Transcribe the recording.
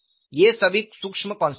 ये सभी सूक्ष्म कॉन्सेप्ट्स हैं